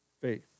faith